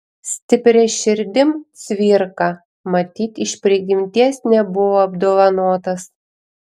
stipria širdim cvirka matyt iš prigimties nebuvo apdovanotas